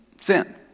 sin